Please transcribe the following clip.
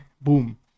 boom